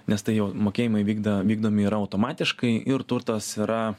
nes tai jau mokėjimai vykda vykdomi yra automatiškai ir turtas yra